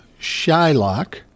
Shylock